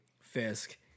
Fisk